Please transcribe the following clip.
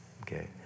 okay